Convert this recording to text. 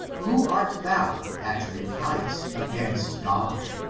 who art thou that repliest against god